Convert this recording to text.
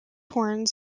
horns